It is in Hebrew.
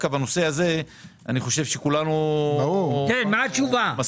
בנושא הזה אני חושב שכולנו מסכימים.